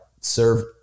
serve